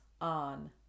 on